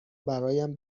برایم